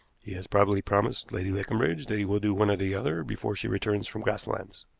he has probably promised lady leconbridge that he will do one or the other before she returns from grasslands.